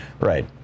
Right